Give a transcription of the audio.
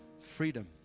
Freedom